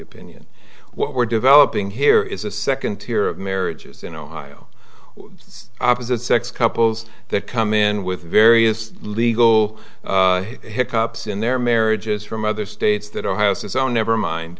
opinion what we're developing here is a second tier of marriages in ohio opposite sex couples that come in with various legal hick ups in their marriages from other states that ohio says oh never mind